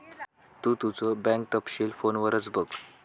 तु तुझो बँक तपशील फोनवरच बघ